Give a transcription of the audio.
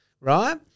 right